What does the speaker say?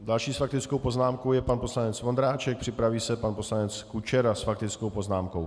Další s faktickou poznámkou je pan poslanec Vondráček, připraví se pan poslanec Kučera s faktickou poznámkou.